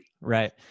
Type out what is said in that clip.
Right